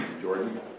Jordan